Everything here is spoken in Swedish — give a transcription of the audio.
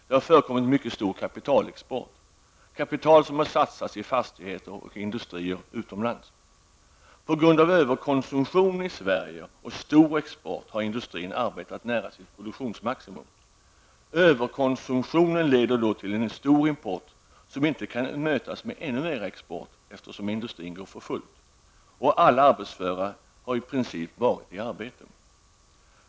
Det har förekommit mycket stor export av kapital, som har satsats i fastigheter och industrier utomlands. På grund av en överkonsumtion i Sverige och stor export har industrin arbetat nära sitt produktionsmaximum. Överkonsumtionen leder då till en stor import som inte kan mötas med ännu mera export, eftersom industrin går för fullt. Alla arbetsföra har i princip varit i arbete.